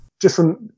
different